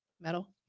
Metal